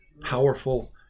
powerful